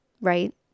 right